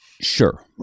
Sure